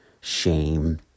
shame